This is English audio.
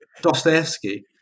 Dostoevsky